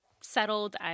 settled